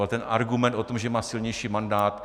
A ten argument o tom, že má silnější mandát...